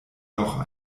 noch